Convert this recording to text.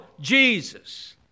Jesus